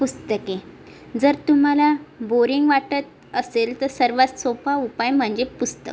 पुस्तके जर तुम्हाला बोरिंग वाटत असेल तर सर्वात सोपा उपाय म्हणजे पुस्तक